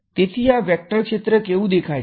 તેથી આ વેક્ટર ક્ષેત્ર કેવુ દેખાય છે